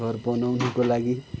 घर बनाउनको लागि